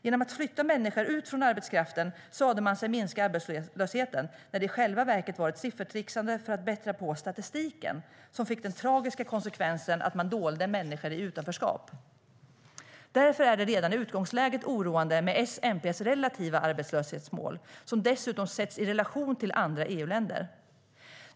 Genom att flytta människor bort från arbetskraften sa man sig minska arbetslösheten, när det i själva verket var ett siffertrixande för att bättra på statistiken, vilket fick den tragiska konsekvensen att man dolde människor i utanförskap. Därför är det redan i utgångsläget oroande med SMP:s relativa arbetslöshetsmål, som dessutom sätts i relation till andra EU-länder.